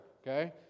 okay